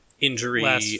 injury